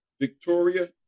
Victoria